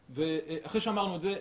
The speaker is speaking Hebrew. אחרי שאמרנו את זה,